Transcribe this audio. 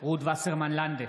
רות וסרמן לנדה,